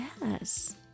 yes